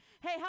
hey